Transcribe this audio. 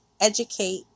educate